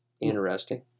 interesting